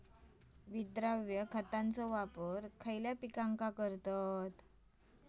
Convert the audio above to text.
विद्राव्य खताचो वापर खयच्या पिकांका करतत?